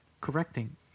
correcting